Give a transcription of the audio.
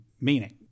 meaning